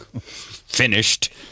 Finished